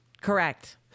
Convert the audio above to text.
Correct